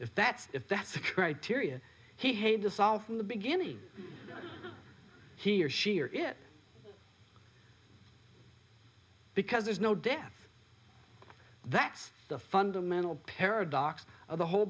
if that's if that's the criteria he hates us all from the beginning he or she or it because there's no death that's the fundamental paradox of the whole